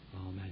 Amen